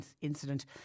incident